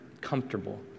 comfortable